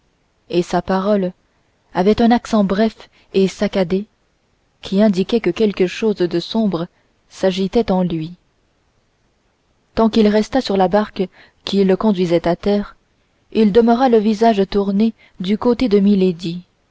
et sa parole avait un accent bref et saccadé qui indiquait que quelque chose de sombre s'agitait en lui tant qu'il resta sur la barque qui le conduisait à terre il demeura le visage tourné du côté de